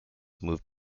moved